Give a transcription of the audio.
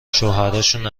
شوهراشون